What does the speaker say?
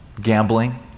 gambling